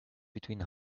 between